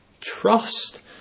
trust